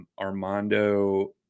Armando